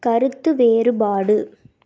கருத்து வேறுபாடு